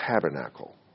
tabernacle